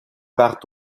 partent